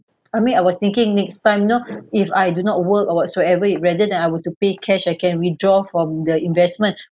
I mean I was thinking next time you know if I do not work or whatsoever it rather than I were to pay cash I can withdraw from the investment